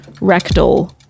rectal